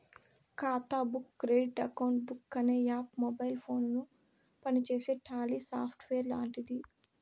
ఖాతా book credit account book అనే app mobile ఫోనుల పనిచేసే టాలీ సాఫ్ట్వేర్ లాంటిది